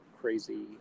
crazy